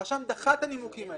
הרשם דחה את הנימוקים האלה,